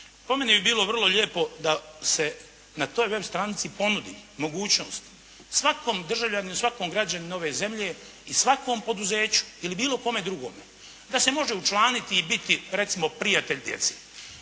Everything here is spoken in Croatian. Po meni bi bilo vrlo lijepo da se na toj web stranici ponudi mogućnost svakom državljaninu, svakom građaninu ove zemlje i svakom poduzeću ili bilo kome drugome da se može učlaniti i biti, recimo prijatelj djece.